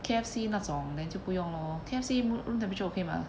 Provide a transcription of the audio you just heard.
K_F_C 那种 then 就不用 lor K_F_C roo~ room temperature okay mah